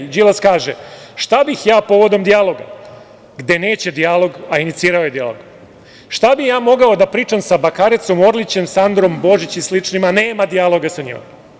Đilas kaže: "Šta bih ja povodom dijaloga", gde neće dijalog a inicirao je dijalog, "Šta bih ja mogao da pričam sa Bakarecom, Orlićem, Sandrom Božić i sličnima, nema dijaloga sa njima"